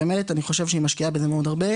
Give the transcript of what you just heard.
באמת אני חושב שהיא משקיעה בזה הרבה,